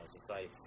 society